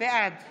בעד